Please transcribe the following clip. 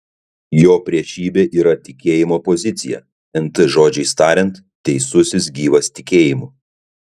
jo priešybė yra tikėjimo pozicija nt žodžiais tariant teisusis gyvas tikėjimu